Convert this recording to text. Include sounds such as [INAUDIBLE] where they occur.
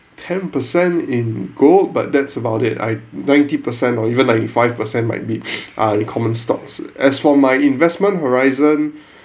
ten percent in gold but that's about it I ninety percent or even ninety-five percent might be [BREATH] ah in common stocks as for my investment horizon